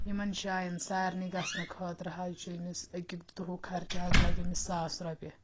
یِمَن جایَن سارنٕے گژھنہٕ خٲطرٕ حظ چُھ أمِس اَکہِ دُہُک خرچہِ حظ لَگہِ أمِس ساس رۄپیہِ